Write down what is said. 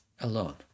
alone